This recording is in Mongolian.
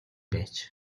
байж